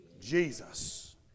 Jesus